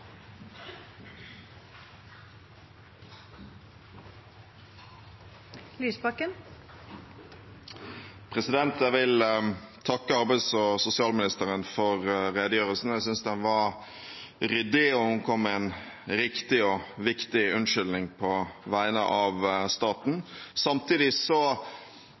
Jeg vil takke arbeids- og sosialministeren for redegjørelsen. Jeg syntes den var ryddig, og hun kom med en riktig og viktig unnskyldning på vegne av staten. Samtidig